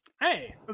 hey